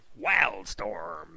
Wildstorm